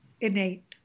Innate